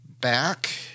back